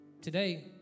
Today